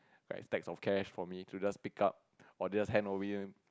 that's okay for me to just pick up or just hand over you